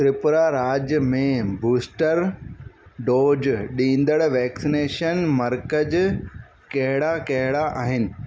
त्रिपुरा राज्य में booster dose ॾींदड़ वैक्सीनेशन मर्कज़ कहिड़ा कहिड़ा आहिनि